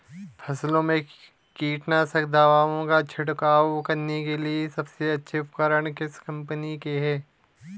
फसलों में कीटनाशक दवाओं का छिड़काव करने के लिए सबसे अच्छे उपकरण किस कंपनी के हैं?